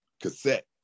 cassette